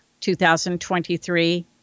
2023